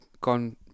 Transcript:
gone